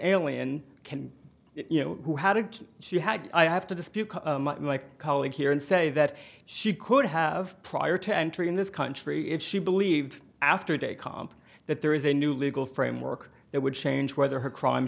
alien can you know who had it she had i have to dispute my colleague here and say that she could have prior to entering this country if she believed after day comp that there is a new legal framework that would change whether her crime